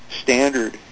standard